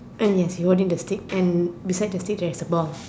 uh yes he holding the stick and beside the stick there is a ball